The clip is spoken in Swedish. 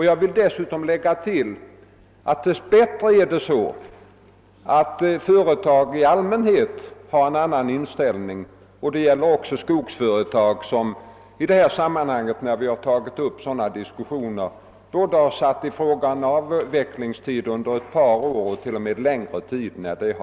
Jag vill tillägga att dess bättre har företagen i allmänhet en annan inställning. Det gäller också skogsföretag som, när vi tagit upp sådana här diskussioner, satt i fråga en avvecklingstid på ett par år och t.o.m. mera.